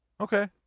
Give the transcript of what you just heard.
Okay